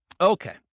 Okay